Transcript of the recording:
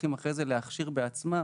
והולכים אחרי זה להכשיר בעצמם,